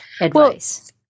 advice